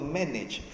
manage